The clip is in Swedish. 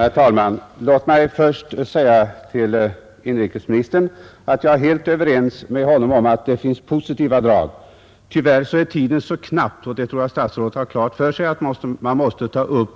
Herr talman! Låt mig först säga till inrikesministern att jag är helt överens med honom om att det finns positiva drag. Tyvärr är tiden knapp, och jag tror att statsrådet har klart för sig att man måste ta upp